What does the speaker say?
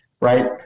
right